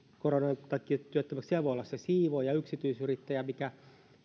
koronan takia työttömäksi siellä voi olla se siivooja yksityisyrittäjä mikä